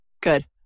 good